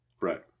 right